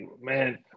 man